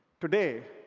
today,